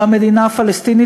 והמדינה הפלסטינית,